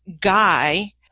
guy